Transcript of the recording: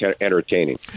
entertaining